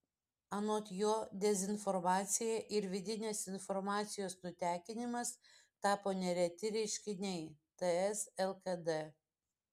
anot jo dezinformacija ir vidinės informacijos nutekinimas tapo nereti reiškiniai ts lkd